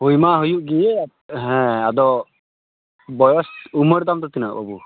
ᱦᱩᱭᱢᱟ ᱦᱩᱭᱩᱜ ᱜᱮ ᱦᱮᱸ ᱟᱫᱚ ᱵᱚᱭᱚᱥ ᱩᱢᱮᱨ ᱛᱟᱢ ᱫᱚ ᱛᱤᱱᱟᱹᱜ ᱵᱟᱹᱵᱩ